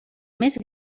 més